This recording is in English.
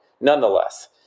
nonetheless